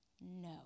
no